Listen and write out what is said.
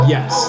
Yes